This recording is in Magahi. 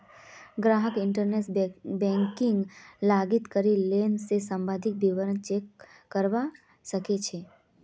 ग्राहक इंटरनेट बैंकिंगत लॉगिन करे लोन स सम्बंधित विवरण चेक करवा सके छै